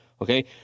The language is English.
Okay